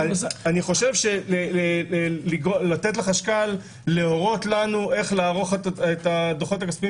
אני חושב שלתת לחשכ"ל להורות לנו איך לערוך את הדוחות הכספיים